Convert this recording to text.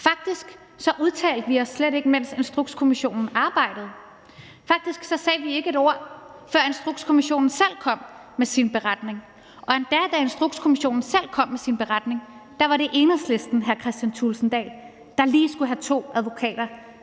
Faktisk udtalte vi os slet ikke, mens Instrukskommissionen arbejdede. Faktisk sagde vi ikke et ord, før Instrukskommissionen selv kom med sin beretning. Og endda, da Instrukskommissionen selv kom med sin beretning, var det Enhedslisten, vil jeg sige til hr.